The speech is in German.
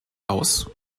aus